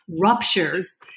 ruptures